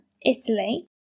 Italy